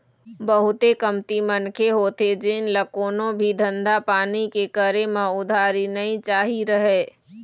बहुते कमती मनखे होथे जेन ल कोनो भी धंधा पानी के करे म उधारी नइ चाही रहय